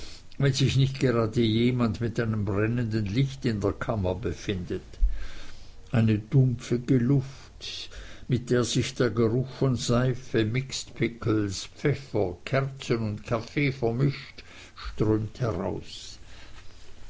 wenn sich nicht gerade jemand mit einem brennenden licht in der kammer befindet eine dumpfige luft mit der sich der geruch von seife mixed pickles pfeffer kerzen und kaffee vermischt strömt heraus